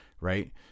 right